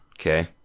Okay